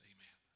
Amen